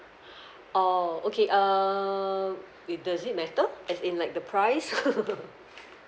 orh okay um it does it matter as in like the price